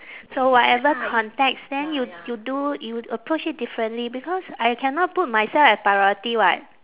so whatever context then you you do you approach it differently because I cannot put myself as priority [what]